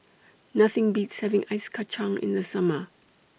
Nothing Beats having Ice Kacang in The Summer